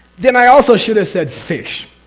then i also should have said fish.